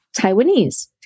Taiwanese